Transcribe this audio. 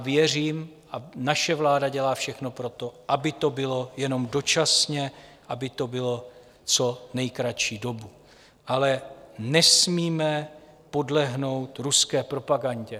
Věřím a naše vláda dělá všechno pro to, aby to bylo jenom dočasně, aby to bylo co nejkratší dobu, ale nesmíme podlehnout ruské propagandě.